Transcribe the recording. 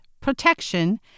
protection